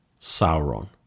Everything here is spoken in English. Sauron